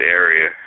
area